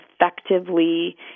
effectively